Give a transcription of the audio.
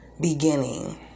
beginning